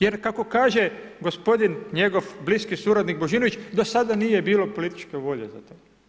Jer kako kaže gospodin, njegov bliski suradnik Božinović, do sada nije bilo političke volje za to.